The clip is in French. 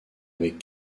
avec